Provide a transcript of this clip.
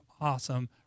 awesome